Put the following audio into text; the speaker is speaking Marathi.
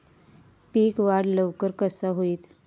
पीक वाढ लवकर कसा होईत?